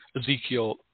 Ezekiel